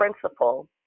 principle